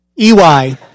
EY